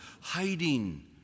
hiding